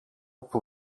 που